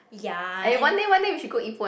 ya and